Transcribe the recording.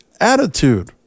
attitude